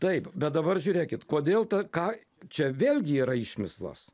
taip bet dabar žiūrėkit kodėl ta ką čia vėlgi yra išmislas